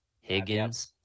Higgins